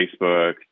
Facebook